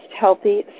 healthy